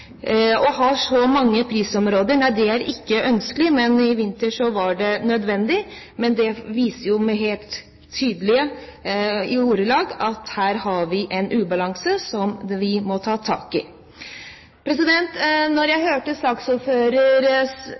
å ha så mange prisområder, men i vinter var det nødvendig, og det viser jo helt tydelig at her har vi en ubalanse som vi må ta tak i. Saksordfører